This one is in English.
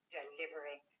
delivering